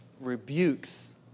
rebukes